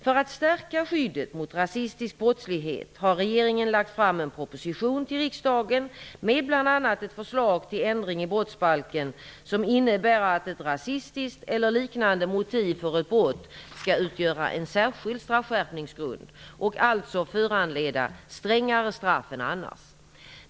För att stärka skyddet mot rasistisk brottslighet har regeringen lagt fram en proposition till riksdagen med bl.a. ett förslag till ändring i brottsbalken, som innebär att ett rasistiskt eller liknande motiv för ett brott skall utgöra en särskild straffskärpningsgrund och alltså föranleda strängare straff än annars.